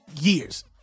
years